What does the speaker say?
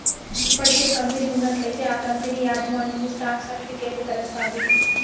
ఇప్పటికే కంపెనీ ఉన్నట్లయితే ఆ కంపనీ యాజమాన్యన్ని స్టాక్ సర్టిఫికెట్ల తెలస్తాది